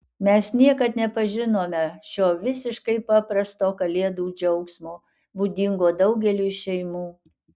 mes niekad nepažinome šio visiškai paprasto kalėdų džiaugsmo būdingo daugeliui šeimų